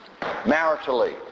Maritally